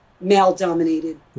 male-dominated